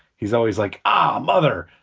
he's always like ah a mother.